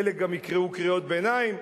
חלק גם יקראו קריאות ביניים.